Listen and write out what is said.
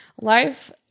Life